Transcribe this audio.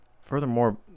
furthermore